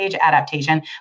adaptation